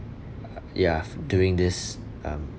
ya doing this um